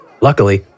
Luckily